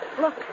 look